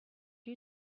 you